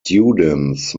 students